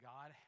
God